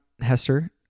Hester